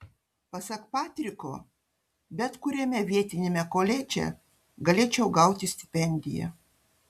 pasak patriko bet kuriame vietiniame koledže galėčiau gauti stipendiją